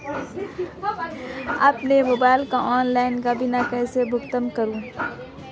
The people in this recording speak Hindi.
अपने मोबाइल का ऑनलाइन बिल कैसे भुगतान करूं?